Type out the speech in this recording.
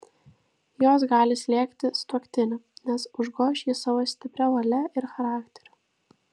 jos gali slėgti sutuoktinį nes užgoš jį savo stipria valia ir charakteriu